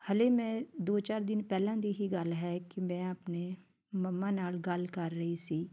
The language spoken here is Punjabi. ਹਲੇ ਮੈਂ ਦੋ ਚਾਰ ਦਿਨ ਪਹਿਲਾਂ ਦੀ ਹੀ ਗੱਲ ਹੈ ਕਿ ਮੈਂ ਆਪਣੇ ਮੰਮਾ ਨਾਲ ਗੱਲ ਕਰ ਰਹੀ ਸੀ